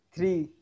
Three